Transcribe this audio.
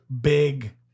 big